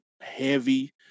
heavy